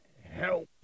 help